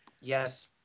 Yes